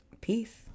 Peace